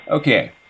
Okay